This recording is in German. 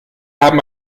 haben